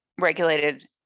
regulated